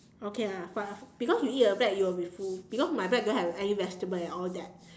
okay lah but because you eat the bread you will be full because my bread don't have any vegetable and all that